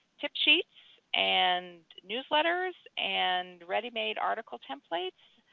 tip sheets and newsletters and ready-made article templates,